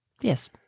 Yes